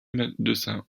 médecin